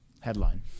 Headline